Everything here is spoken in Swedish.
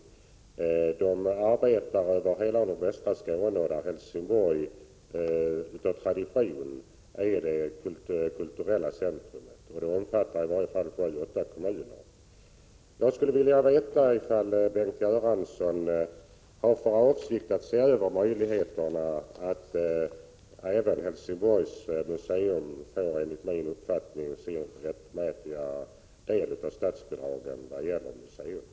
Man arbetar över hela nordvästra Skåne, och Helsingborg är av tradition kulturcentrum för åtminstone sju åtta kommuner. Jag skulle vilja veta om Bengt Göransson har för avsikt att se över möjligheterna för Helsingborgs museum att få dess enligt min uppfattning rättmätiga del av statsbidraget tilll museerna.